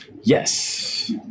Yes